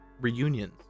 reunions